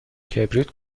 کبریت